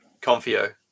Confio